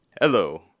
Hello